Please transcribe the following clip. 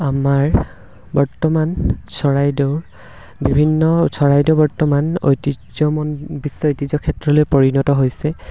আমাৰ বৰ্তমান চৰাইদেউ বিভিন্ন চৰাইদেউ বৰ্তমান ঐতিহ্যমণ্ডিত বিশ্ব ঐতিহ্য ক্ষেত্ৰলৈ পৰিণত হৈছে